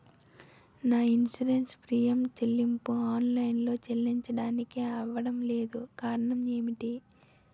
నా insurance premium చెల్లింపు online లో చెల్లించడానికి అవ్వడం లేదు కారణం ఏమిటి?